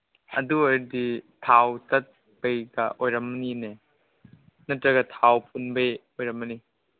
ꯑꯗꯨ ꯑꯣꯏꯔꯗꯤ ꯊꯥꯎ ꯇꯠꯄꯩꯒ ꯑꯣꯏꯔꯝꯅꯤꯅꯦ ꯅꯠꯇ꯭ꯔꯒ ꯊꯥꯎ ꯐꯨꯟꯕꯒꯤ ꯑꯣꯏꯔꯝꯃꯅꯤ